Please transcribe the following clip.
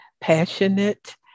passionate